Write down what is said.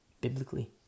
Biblically